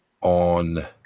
on